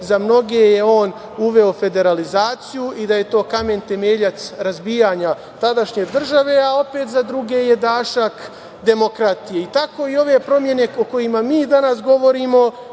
Za mnoge je on uveo federalizaciju i da je to kamen temeljac razbijanja tadašnje države, a opet, za druge je dašak demokratije. Tako i ove promene o kojima mi danas govorimo,